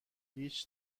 هیچ